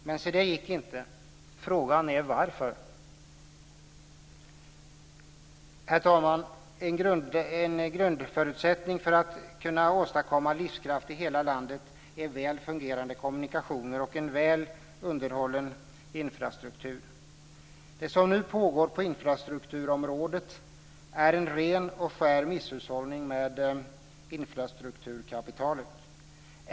Men se det gick inte. Frågan är varför. Herr talman! En av grundförutsättningarna för att kunna åstadkomma livskraft i hela landet är väl fungerande kommunikationer och en väl underhållen infrastruktur. Det som nu pågår på infrastrukturområdet är en ren och skär misshushållning med infrastrukturkapitalet.